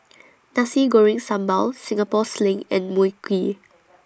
Nasi Goreng Sambal Singapore Sling and Mui Kee